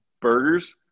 burgers